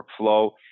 workflow